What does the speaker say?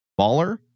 Baller